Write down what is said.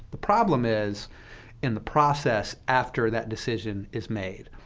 the problem is in the process after that decision is made.